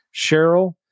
cheryl